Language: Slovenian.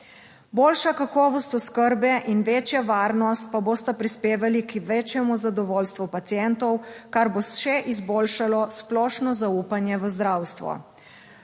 Boljša kakovost oskrbe in večja varnost pa bosta prispevali k večjemu zadovoljstvu pacientov, kar bo še izboljšalo splošno zaupanje v zdravstvo.